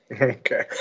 Okay